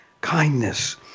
kindness